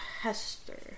Hester